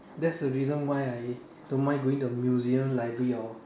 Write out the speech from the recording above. that's the reason why I don't mind going to the museum library or